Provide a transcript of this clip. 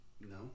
No